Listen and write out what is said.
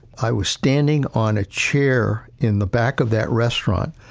i was standing on a chair in the back of that restaurant,